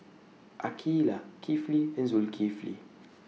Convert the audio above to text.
Aqeelah Kifli and Zulkifli